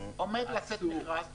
עומד לצאת מכרז,